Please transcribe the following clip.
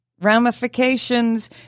ramifications